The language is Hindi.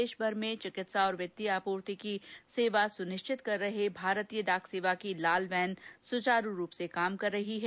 देशभर में चिकित्सा और वित्तीय आपूर्ति की सेवा को सुनिश्चित कर रहे भारतीय डाक सेवा की लाल वैन सुचारू रूप से कार्य कर रहे हैं